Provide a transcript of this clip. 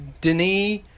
Denis